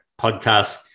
podcast